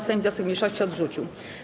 Sejm wniosek mniejszości odrzucił.